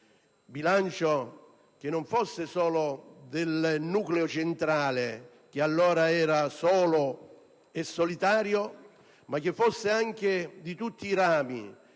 Bilancio che non fosse solo del nucleo centrale che allora era solo e solitario, ma che fosse anche di tutti i rami